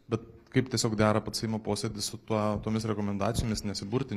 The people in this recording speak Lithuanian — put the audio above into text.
bet kaip tiesiog dera pats seimo posėdis su tuo tomis rekomendacijomis nesiburti